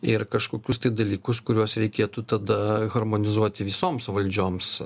ir kažkokius dalykus kuriuos reikėtų tada harmonizuoti visoms valdžioms